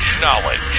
Knowledge